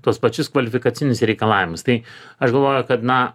tuos pačius kvalifikacinius reikalavimus tai aš galvoju kad na